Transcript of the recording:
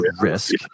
risk